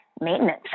maintenance